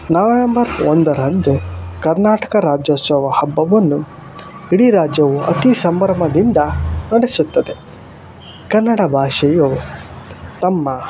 November ಒಂದರಂದು ಕರ್ನಾಟಕ ರಾಜ್ಯೋತ್ಸವ ಹಬ್ಬವನ್ನು ಇಡೀ ರಾಜ್ಯವು ಅತಿ ಸಂಭ್ರಮದಿಂದ ನಡೆಸುತ್ತದೆ ಕನ್ನಡ ಭಾಷೆಯು ತಮ್ಮ